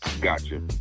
Gotcha